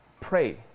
pray